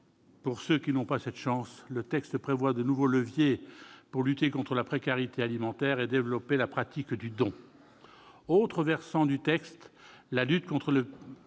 Pour ceux qui n'ont pas cette chance, le texte prévoit de nouveaux leviers, afin de lutter contre la précarité alimentaire et développer la pratique du don. Autre versant du texte, la lutte contre le